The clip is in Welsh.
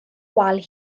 wal